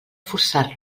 forçar